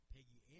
Peggy